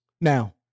Now